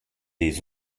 les